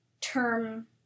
term